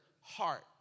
heart